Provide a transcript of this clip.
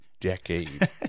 decade